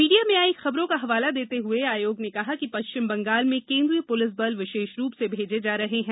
media में आयी खबरों का हवाला देते हुए आयोग ने कहा कि पश्चिम बंगाल में केन्द्रीय पुलिस बल विशेष रूप से भेजे जा रहे हैं